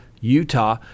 Utah